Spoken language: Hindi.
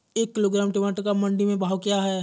एक किलोग्राम टमाटर का मंडी में भाव क्या है?